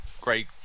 great